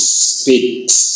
speaks